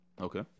Okay